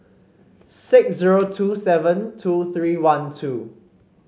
six zero two seven two three one two